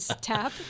tap